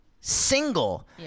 single